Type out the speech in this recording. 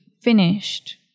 finished